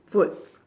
food